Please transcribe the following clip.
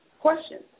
questions